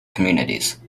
communities